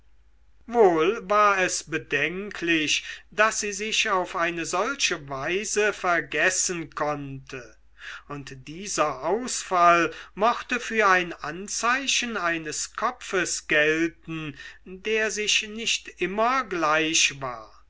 wohl war es bedenklich daß sie sich auf eine solche weise vergessen konnte und dieser ausfall mochte für ein anzeichen eines kopfes gelten der sich nicht immer gleich war